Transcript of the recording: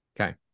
Okay